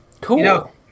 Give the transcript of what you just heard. Cool